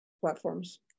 platforms